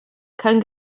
kann